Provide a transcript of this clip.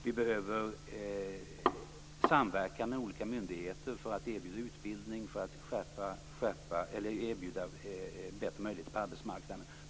Vi behöver samverkan med olika myndigheter för att erbjuda utbildning och bättre möjligheter på arbetsmarknaden.